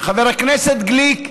חבר הכנסת גליק,